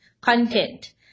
content